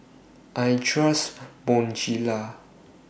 I Trust Bonjela